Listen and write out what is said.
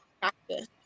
practice